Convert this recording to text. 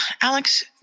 Alex